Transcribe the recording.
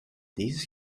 thesis